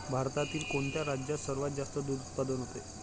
भारतातील कोणत्या राज्यात सर्वात जास्त दूध उत्पादन होते?